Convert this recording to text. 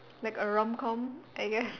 like a rom com I guess